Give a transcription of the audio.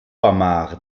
amar